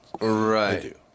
Right